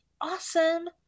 awesome